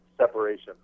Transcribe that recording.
separation